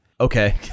Okay